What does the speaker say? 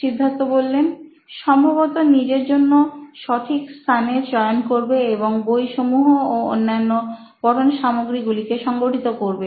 সিদ্ধার্থ সম্ভবত নিজের জন্য সঠিক স্থানের চয়ন করবে এবং বইসমূহ ও অন্যান্য পঠন সামগ্রীগুলিকে সংগঠিত করবে